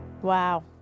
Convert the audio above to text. Wow